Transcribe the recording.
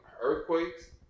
earthquakes